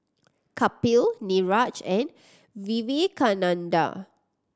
Kapil Niraj and Vivekananda